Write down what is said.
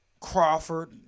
Crawford